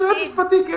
יועץ משפטי.